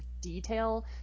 detail